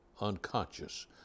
unconscious